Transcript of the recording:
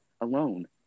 alone